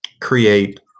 create